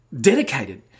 dedicated